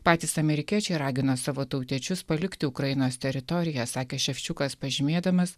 patys amerikiečiai ragino savo tautiečius palikti ukrainos teritoriją sakė ševčiukas pažymėdamas